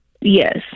Yes